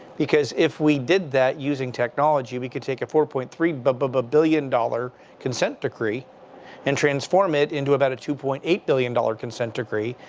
because if we did that using technology, we could take a four point three but but but billion dollars consent decree and transform it into about a two point eight billion dollars consent decree.